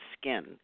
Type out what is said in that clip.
skin